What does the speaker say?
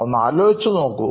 ഒന്നാലോചിച്ചു നോക്കൂ